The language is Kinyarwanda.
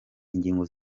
ingingo